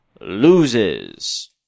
loses